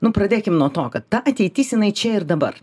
nu pradėkim nuo to kad ta ateitis jinai čia ir dabar